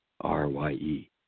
R-Y-E